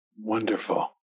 Wonderful